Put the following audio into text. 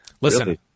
listen